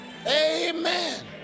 Amen